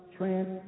Trans